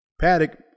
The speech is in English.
Paddock